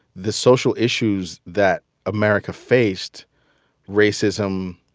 the social issues that america faced racism,